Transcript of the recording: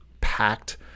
packed –